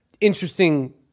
interesting